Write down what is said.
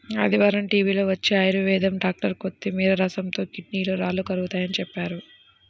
ఆదివారం టీవీలో వచ్చే ఆయుర్వేదం డాక్టర్ కొత్తిమీర రసంతో కిడ్నీలో రాళ్లు కరుగతాయని చెప్పాడు